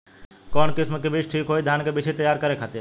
कवन किस्म के बीज ठीक होई धान के बिछी तैयार करे खातिर?